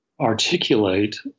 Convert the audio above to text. articulate